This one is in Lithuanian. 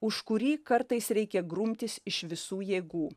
už kurį kartais reikia grumtis iš visų jėgų